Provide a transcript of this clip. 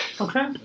Okay